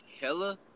hella